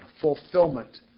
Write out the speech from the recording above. fulfillment